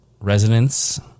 residents